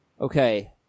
Okay